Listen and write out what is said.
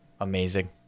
Amazing